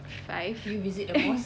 five